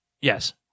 Yes